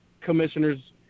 commissioners